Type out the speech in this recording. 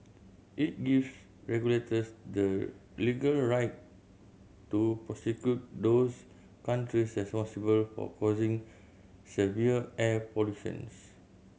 it gives regulators the legal right to prosecute those countries for causing severe air pollutions